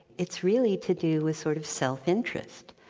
it's really to do with sort of self-interest.